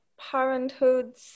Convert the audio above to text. Parenthood